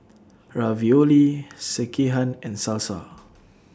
Ravioli Sekihan and Salsa